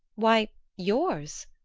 why yours,